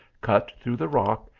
cut through the rock,